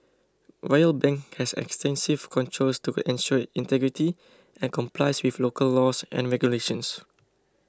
Royal Bank has extensive controls to ensure integrity and complies with local laws and regulations